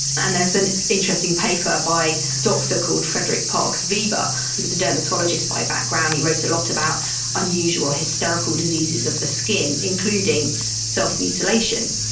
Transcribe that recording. and there's an interesting paper by a doctor called frederick parkes weber who was a dermatologist by background, he wrote a lot about unusual hysterical diseases of the skin, including self-mutilation,